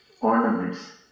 ornaments